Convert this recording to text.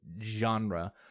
genre